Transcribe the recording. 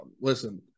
listen